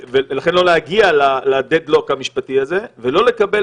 ולכן לא להגיע לדד-לוק המשפטי הזה ולא לקבל